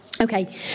okay